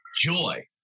joy